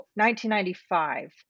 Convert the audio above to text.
1995